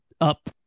up